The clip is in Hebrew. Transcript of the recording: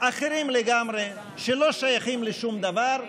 אחרים לגמרי, שלא שייכים לשום דבר,